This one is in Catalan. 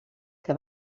que